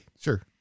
sure